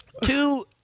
two